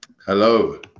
Hello